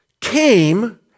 came